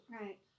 Right